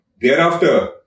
Thereafter